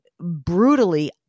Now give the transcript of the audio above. brutally